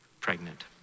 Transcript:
pregnant